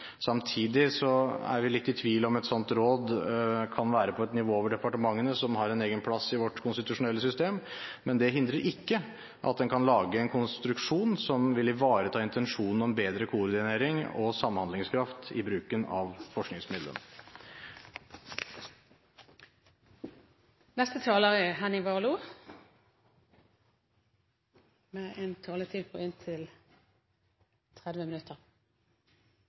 Samtidig er vi litt i tvil om et slikt råd kan være på et nivå over departementene, som har en egen plass i vårt konstitusjonelle system. Men det forhindrer ikke at man kan lage en konstruksjon som vil ivareta intensjonen om bedre koordinering og samhandlingskraft i bruken av forskningsmidlene. Det føles nesten uvirkelig å ha så mye taletid,